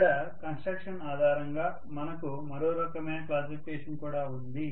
ఇక్కడ కన్స్ట్రక్షన్ ఆధారంగా మనకు మరో రకమైన క్లాసిఫికేషన్ కూడా ఉంది